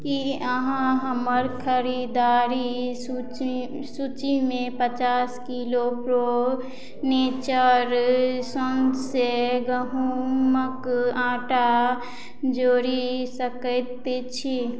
की अहाँ हमर खरीदारी सूची सूचीमे पचास किलो प्रो नेचर सौंसे गहूँमक आँटा जोड़ि सकैत छी